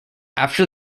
after